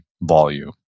volume